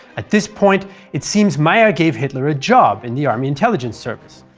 at this point it seems mayr gave hitler a job in the army intelligence service,